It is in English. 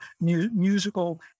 musical